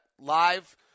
Live